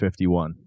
51